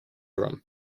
room